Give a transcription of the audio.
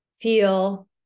feel